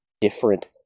different